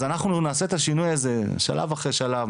אז אנחנו נעשה את השינוי הזה שלב אחרי שלב,